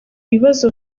ibibazo